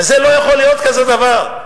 ולא יכול להיות דבר כזה,